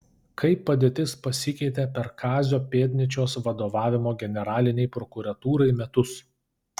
kaip padėtis pasikeitė per kazio pėdnyčios vadovavimo generalinei prokuratūrai metus